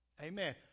Amen